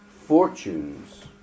fortunes